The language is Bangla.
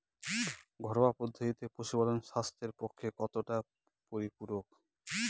ঘরোয়া পদ্ধতিতে পশুপালন স্বাস্থ্যের পক্ষে কতটা পরিপূরক?